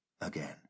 again